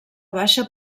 baixa